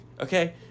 Okay